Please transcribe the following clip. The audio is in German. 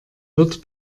wird